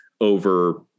over